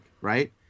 right